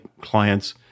client's